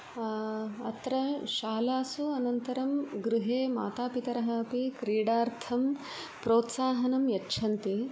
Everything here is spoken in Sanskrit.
अत्र शालासु अनन्तरं गृहे मातापितरः अपि क्रीडार्थं प्रोत्साहं यच्छन्ति